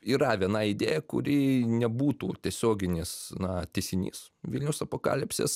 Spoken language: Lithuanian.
yra viena idėja kuri nebūtų tiesioginis na tęsinys vilniaus apokalipsės